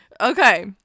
Okay